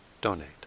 donate